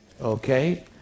Okay